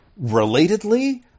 relatedly